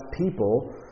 people